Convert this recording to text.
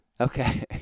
Okay